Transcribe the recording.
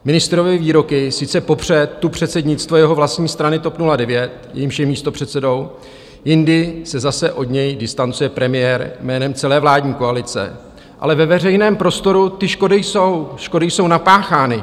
Ministrovy výroky sice popře tu předsednictvo jeho vlastní strany TOP 09, v níž je místopředsedou, jindy se zase od něj distancuje premiér jménem celé vládní koalice, ale ve veřejném prostoru ty škody jsou napáchány.